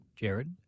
Jared